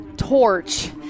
Torch